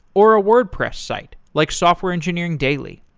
or a wordpress site, like software engineering daily.